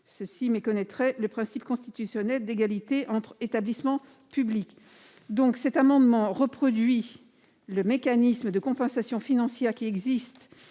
qui méconnaîtrait le principe constitutionnel d'égalité entre établissements publics. Il tend également à reproduire le mécanisme de compensation financière existant